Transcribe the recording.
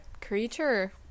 creature